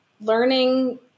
learning